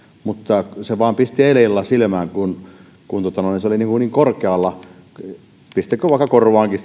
mutta se vain pisti eilen illalla silmään kun se eläinlääkäriliitto oli niin pistiköön vaikka korvaankin